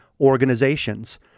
organizations